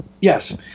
Yes